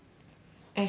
asteroid